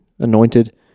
anointed